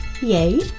yay